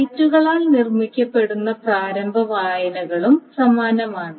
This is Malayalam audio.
റൈറ്റുകളാൽ നിർമ്മിക്കപ്പെടുന്ന പ്രാരംഭ വായനകളും സമാനമാണ്